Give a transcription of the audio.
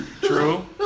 True